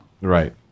Right